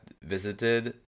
visited